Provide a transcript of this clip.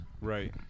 Right